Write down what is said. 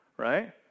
right